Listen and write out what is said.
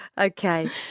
Okay